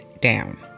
Down